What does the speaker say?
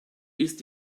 ist